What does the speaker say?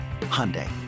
Hyundai